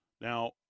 Now